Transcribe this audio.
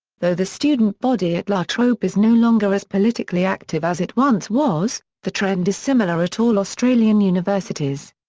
though the student body at la trobe is no longer as politically active as it once was, the trend is similar at all australian universities.